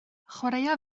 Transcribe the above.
chwaraea